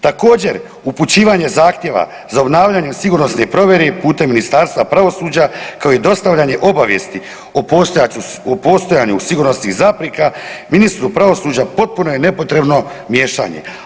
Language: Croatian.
Također upućivanje zahtjeva za obnavljanje sigurnosne provjere putem Ministarstva pravosuđa kao i dostavljanje obavijesti o postojanju sigurnosnih zapreka ministru pravosuđa potpuno je nepotrebno miješanje.